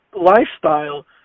lifestyle